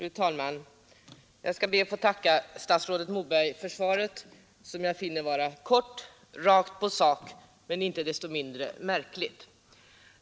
Fru talman! Jag ber att få tacka statsrådet Moberg för svaret, som jag finner vara kort och rakt på sak men inte desto mindre märkligt.